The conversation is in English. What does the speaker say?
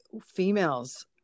females